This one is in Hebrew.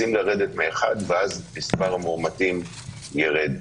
רוצים לרדת מ-1% אז מספר המאומתים ירד.